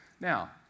Now